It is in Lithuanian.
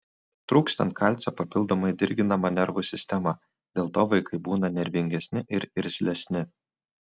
trūkstant kalcio papildomai dirginama nervų sistema dėl to vaikai būna nervingesni ir irzlesni